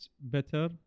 better